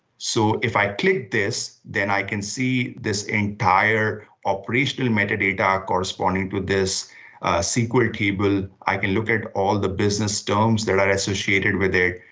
so if i click this, then i can see this entire operationally metadata corresponding to this sql table. i can look at all the business terms that are associated with it.